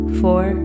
four